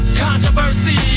controversy